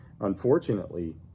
unfortunately